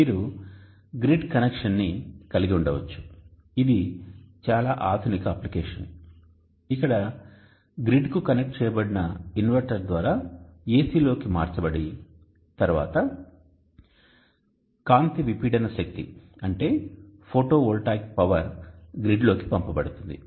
మీరు గ్రిడ్ కనెక్షన్ని కలిగి ఉండవచ్చు ఇది చాలా ఆధునిక అప్లికేషన్ ఇక్కడ గ్రిడ్ కు కనెక్ట్ చేయబడిన ఇన్వర్టర్ ద్వారా AC లోకి మార్చబడి తరువాత కాంతివిపీడన శక్తి గ్రిడ్లోకి పంపబడుతుంది